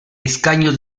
escaños